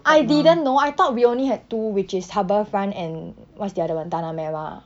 I didn't know I thought we only had two which is harbourfront and what's the other one tanah merah